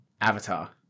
Avatar